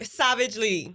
savagely